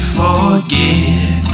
forget